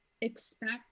expect